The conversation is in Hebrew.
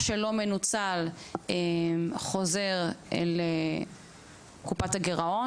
ומה שלא מנוצל חוזר לקופת הגירעון,